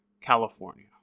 California